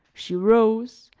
she rose,